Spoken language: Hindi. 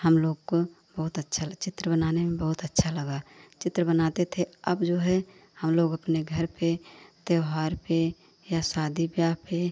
हमलोग को बहुत अच्छा चित्र बनाने में बहुत अच्छा लगा चित्र बनाते थे अब जो है हमलोग अपने घर पर त्योहार पर या शादी ब्याह पर